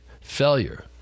failure